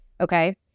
okay